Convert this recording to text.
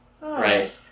Right